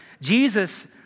Jesus